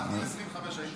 עד גיל 25 הייתי.